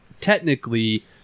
technically